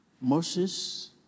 Moses